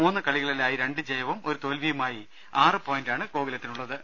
മൂന്ന് കളികളിലായി രണ്ട് ജയവും ഒരു തോൽവിയുമായി ആറ് പോയിന്റാണ് ഗോകുലത്തിനു ള്ളത്